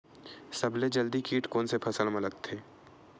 सबले जल्दी कीट कोन से फसल मा लगथे?